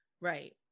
right